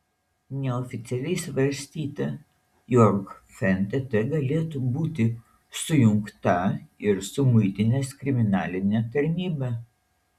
neoficialiai svarstyta jog fntt galėtų būti sujungta ir su muitinės kriminaline tarnyba